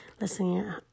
listening